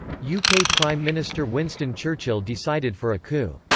u k. prime minister winston churchill decided for a coup.